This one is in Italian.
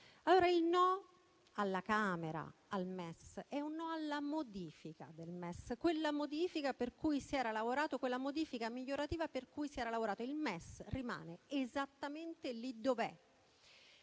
Il no alla Camera al MES è un no alla sua modifica. Si tratta della modifica migliorativa per cui si era lavorato. Il MES rimane esattamente lì dove è.